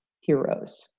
heroes